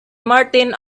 martin